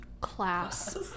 Class